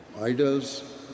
idols